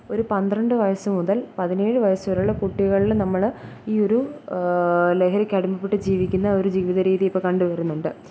ഒരു പന്ത്രണ്ട് വയസ്സു മുതൽ പതിനേഴു വയസ്സുവരെയുള്ള കുട്ടികളിൽ നമ്മൾ ഈ ഒരു ലഹരിക്ക് അടിമപ്പെട്ടു ജീവിക്കുന്ന ഒരു ജീവിതരീതിയിപ്പോൾ കണ്ടുവരുന്നുണ്ട്